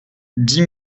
dix